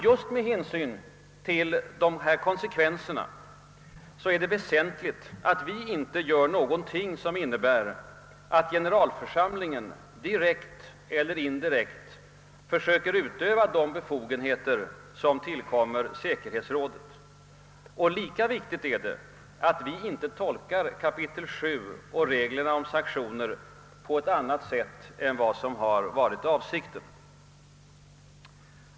Just med hänsyn till dessa konsekvenser är det väsentligt att vi inte gör något som innebär att generalförsamlingen direkt eller indirekt försöker utöva de befogenheter som tillkommer säkerhetsrådet. Lika viktigt är det att vi inte tolkar kapitel 7 och reglerna om sanktioner på ett annat sätt än vad som har varit avsikten.